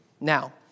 now